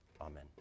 Amen